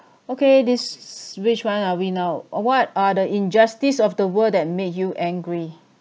okay this which one are we now uh what are the injustice of the world that made you angry